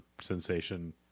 sensation